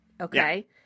Okay